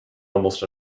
almost